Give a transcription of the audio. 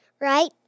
Right